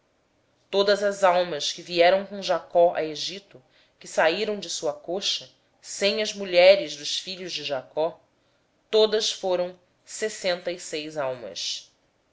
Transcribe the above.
todas as almas que vieram com jacó para o egito e que saíram da sua coxa fora as mulheres dos filhos de jacó eram todas sessenta e seis almas